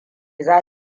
za